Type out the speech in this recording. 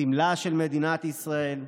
סמלה של מדינת ישראל,